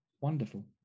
Wonderful